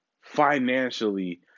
Financially